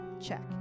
check